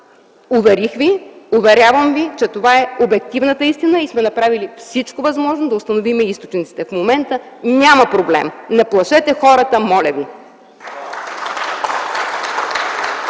Уверих Ви, уверявам Ви, че това е обективната истина и сме направили всичко възможно да установим източниците. В момента няма проблем. Не плашете хората, моля Ви!